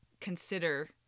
consider